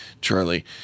Charlie